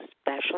special